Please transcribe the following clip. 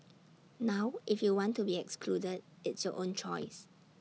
now if you want to be excluded it's your own choice